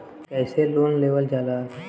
कैसे लोन लेवल जाला?